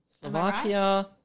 Slovakia